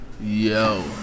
Yo